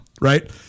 right